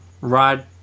ride